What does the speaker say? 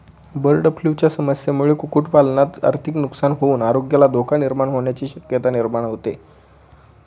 बर्डफ्लूच्या समस्येमुळे कुक्कुटपालनात आर्थिक नुकसान होऊन आरोग्याला धोका निर्माण होण्याची शक्यता निर्माण होते